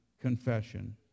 confession